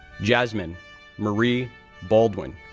jasmine marie baldwin,